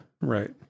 Right